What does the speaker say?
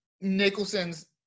Nicholson's